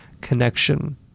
connection